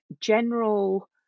general